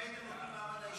ההצעה להעביר את